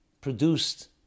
produced